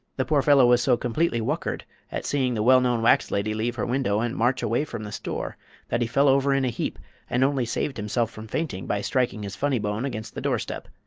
the poor fellow was so completely whuckered at seeing the well-known wax lady leave her window and march away from the store that he fell over in a heap and only saved himself from fainting by striking his funny bone against the doorstep.